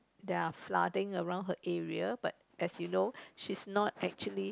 there are flooding around her area but as you know she is not actually